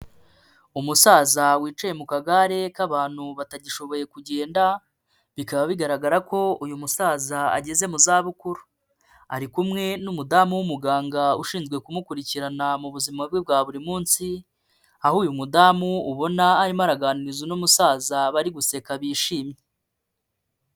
Umusaza wicaye mu kagare k'abantu batagishoboye kugenda, bikaba bigaragara ko uyu musaza ageze mu zabukuru. Ari kumwe n'umudamu w'umuganga ushinzwe kumukurikirana mu buzima bwe bwa buri munsi, aho uyu mudamu ubona arimo araganiriza uno musaza bari guseka bishimye.